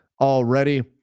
already